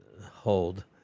hold